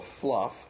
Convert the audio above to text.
Fluff